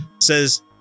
says